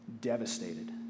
devastated